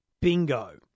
bingo